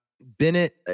Bennett